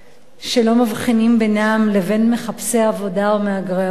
שלא מבחינים בינם לבין מחפשי עבודה או מהגרי עבודה.